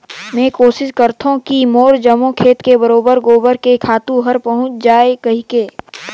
मेहर कोसिस करथों की मोर जम्मो खेत मे बरोबेर गोबर के खातू हर पहुँच जाय कहिके